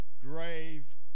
grave